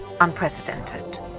unprecedented